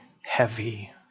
heavy